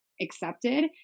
accepted